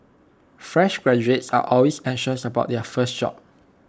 fresh graduates are always anxious about their first job